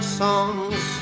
songs